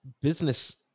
business